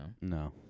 no